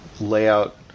layout